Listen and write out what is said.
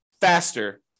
faster